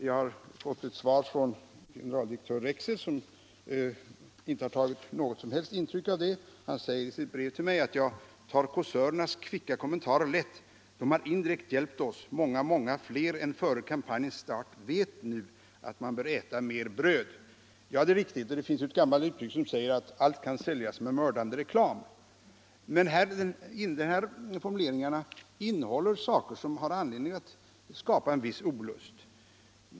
Jag har från generaldirektör Rexed fått svar på ett brev i frågan, och han har inte tagit något som helst intryck av vad som förekommit. Han skriver i sitt brev till mig: ”Jag tar kåsörernas kvicka kommentarer lätt. De har indirekt hjälpt oss — många, många fler än före kampanjens start vet nu att man bör äta mer bröd.” Ja, det är riktigt, och det finns ett gammalt uttryck som säger att allt kan säljas med mördande reklam. Men formuleringen av annonsen innehåller saker som kan skapa en viss olust.